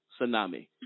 tsunami